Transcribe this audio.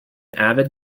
avid